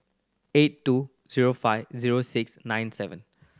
eight two zero five zero six nine seven